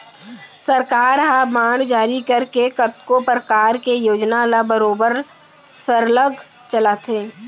सरकार ह बांड जारी करके कतको परकार के योजना ल बरोबर सरलग चलाथे